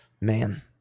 man